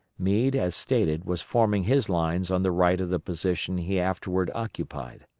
meade, as stated, was forming his lines on the right of the position he afterward occupied.